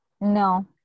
No